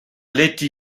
leti